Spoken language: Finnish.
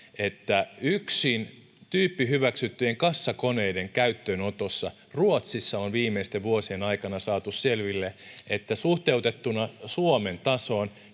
että tyyppihyväksyttyjen kassakoneiden käyttöönotosta ruotsissa viimeisten vuosien aikana on saatu selville että se suhteutettuna suomen tasoon